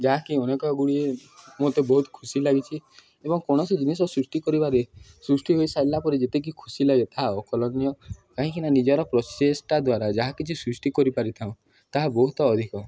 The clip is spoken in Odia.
ଯାହାକି ଅନେକ ଗୁଡ଼ିଏ ମୋତେ ବହୁତ ଖୁସି ଲାଗିଛି ଏବଂ କୌଣସି ଜିନିଷ ସୃଷ୍ଟି କରିବାରେ ସୃଷ୍ଟି ହୋଇସାରିଲା ପରେ ଯେତିକି ଖୁସି ଲାଗେ ତାହା ଅକଳନୀୟ କାହିଁକିନା ନିଜର ପ୍ରଚେଷ୍ଟା ଦ୍ୱାରା ଯାହା କିଛି ସୃଷ୍ଟି କରିପାରିଥାଉ ତାହା ବହୁତ ଅଧିକ